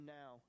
now